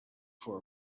for